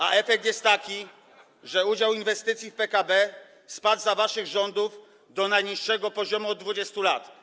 A efekt jest taki, że udział inwestycji w PKB spadł za waszych rządów do najniższego poziomu od 20 lat.